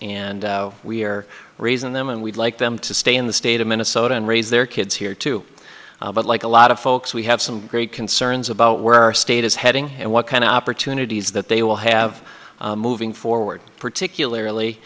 and we're raising them and we'd like them to stay in the state of minnesota and raise their kids here too but like a lot of folks we have some great concerns about where our state is heading and what kind of opportunities that they will have moving forward particularly